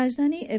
Rajdhani F